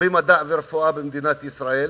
במדע ורפואה במדינת ישראל,